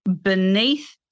beneath